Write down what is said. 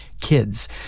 Kids